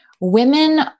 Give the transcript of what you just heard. women